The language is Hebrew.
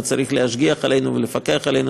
וצריך להשגיח עלינו ולפקח עלינו,